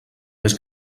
més